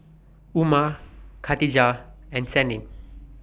Umar Katijah and Senin